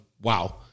wow